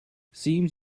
seems